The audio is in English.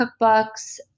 cookbooks